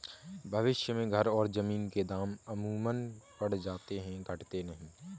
भविष्य में घर और जमीन के दाम अमूमन बढ़ जाते हैं घटते नहीं